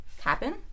happen